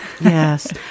Yes